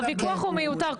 הוויכוח הוא מיותר,